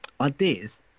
ideas